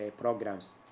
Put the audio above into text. programs